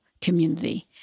community